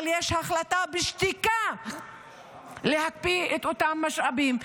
אבל יש החלטה בשתיקה להקפיא את אותם משאבים.